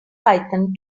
python